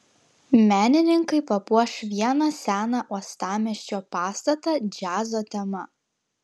menininkai papuoš vieną seną uostamiesčio pastatą džiazo tema